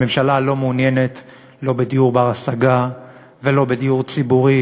הממשלה לא מעוניינת לא בדיור בר-השגה ולא בדיור ציבורי,